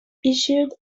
issued